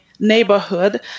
neighborhood